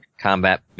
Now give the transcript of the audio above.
combat